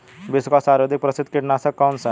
विश्व का सर्वाधिक प्रसिद्ध कीटनाशक कौन सा है?